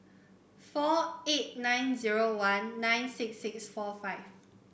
four eight nine zero one nine six six four five